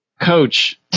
coach